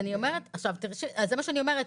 אז זה מה שאני אומרת.